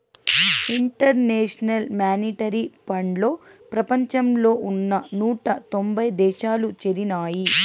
international monetary ఫండ్లో ప్రపంచంలో ఉన్న నూట తొంభై దేశాలు చేరినాయి